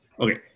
Okay